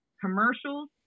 commercials